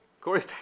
Corey